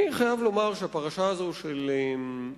אני חייב לומר שהפרשה הזאת של התקיפות